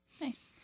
nice